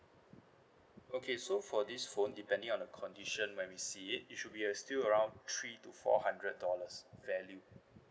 okay so for this phone depending on the condition when we see it it should be uh still around three to four hundred dollars value